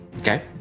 Okay